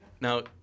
Now